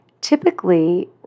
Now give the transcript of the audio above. typically